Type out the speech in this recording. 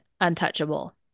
untouchable